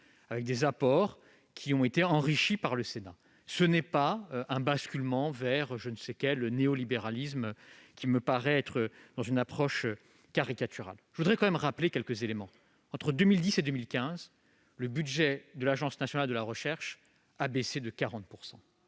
les outils de financement. Elle ne constitue pas un basculement vers je ne sais quel néolibéralisme, qui me paraît être une approche caricaturale. Je voudrais tout de même rappeler quelques éléments. Entre 2010 et 2015, le budget de l'Agence nationale de la recherche a baissé de 40 %.